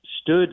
stood